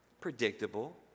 Predictable